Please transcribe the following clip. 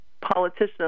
politicians